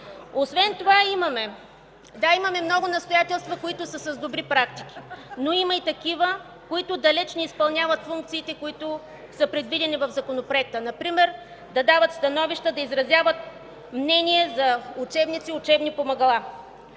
Освен това имаме много настоятелства, които са с добри практики, но има и такива, които далеч не изпълняват функциите, които са предвидени в Законопроекта – например, да дават становища, да изразяват мнение за учебници и учебни помагала.